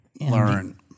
learn